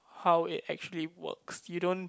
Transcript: how it actually works you don't